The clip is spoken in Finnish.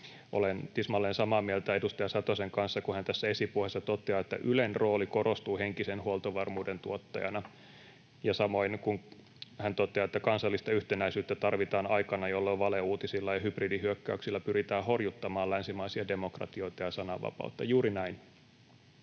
Olen tismalleen samaa mieltä edustaja Satosen kanssa, kun hän tässä esipuheessa toteaa, että ”Ylen rooli korostuu henkisen huoltovarmuuden tuottajana”, ja samoin, kun hän toteaa, että ”kansallista yhtenäisyyttä tarvitaan aikana, jolloin valeuutisilla ja hybridihyökkäyksillä pyritään horjuttamaan länsimaisia demokratioita ja sananvapautta” — juuri näin.